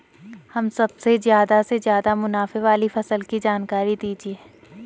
हमें सबसे ज़्यादा से ज़्यादा मुनाफे वाली फसल की जानकारी दीजिए